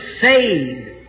saved